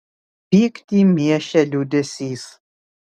pyktį miešė liūdesys